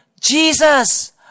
Jesus